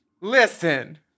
Listen